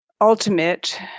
ultimate